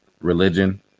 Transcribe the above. religion